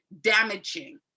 damaging